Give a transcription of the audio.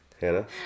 Hannah